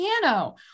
piano